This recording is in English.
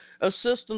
assistance